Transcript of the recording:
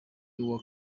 uwa